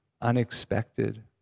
unexpected